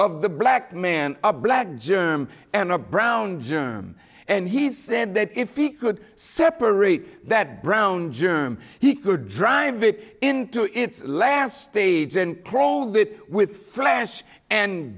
of the black man a black germ and a brown germ and he said that if he could separate that brown germ he could drive it into its last stage and crawled it with flash and